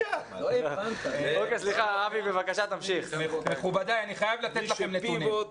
מכובדיי, אני חייב לתת לכם נתונים.